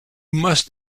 must